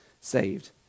saved